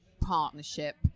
partnership